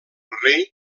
rei